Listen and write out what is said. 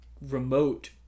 remote